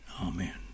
amen